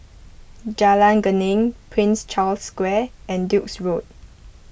Jalan Geneng Prince Charles Square and Duke's Road